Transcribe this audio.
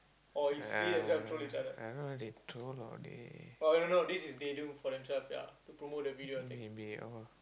I don't know they troll or they i think maybe lor